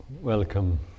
welcome